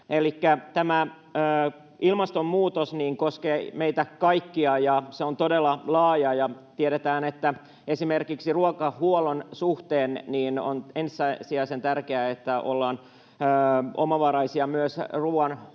tämä ilmastonmuutos koskee meitä kaikkia, ja se on todella laaja, ja tiedetään, että myös esimerkiksi ruokahuollon suhteen on ensisijaisen tärkeää, että ollaan omavaraisia. Tämä maataloustuki